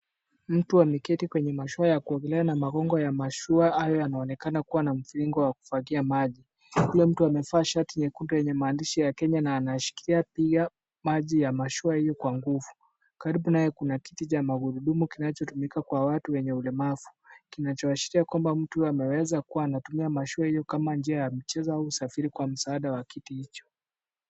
Mtu ameketi kwenye mashua ya kuogelea na magongo ya mashua hayo yanaonekana kuwa na msingo wa kufuatia maji, huyo mtu amevaa shati nyekundu yenye maandishi ya Kenya na yanashikilia pia maji ya mashua hiyo kwa nguvu, karibu na yeye kuna kiti cha magurudumu kinachotumika kwa watu wenye ulemavu kinachoashiria kwamba mtu anaweza kuwa anatumia mashua hiyo kama njia ya mchezo au usafiri kwa msaada wa kiti hicho.